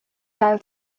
gael